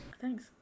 Thanks